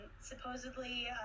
supposedly